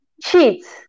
Cheats